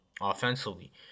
offensively